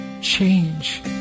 change